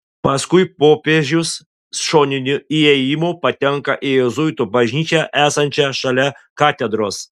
paskui popiežius šoniniu įėjimu patenka į jėzuitų bažnyčią esančią šalia katedros